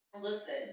listen